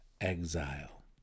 exile